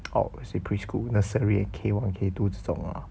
orh say preschool nursery and K one K two 这种 lah